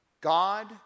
God